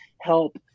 help